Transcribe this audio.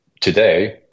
today